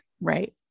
Right